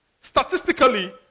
Statistically